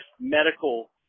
medical